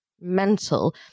mental